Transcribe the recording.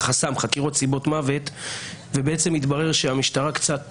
בחסם חקירות סיבות מוות, ובעצם התברר שהמשטרה קצת